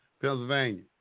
Pennsylvania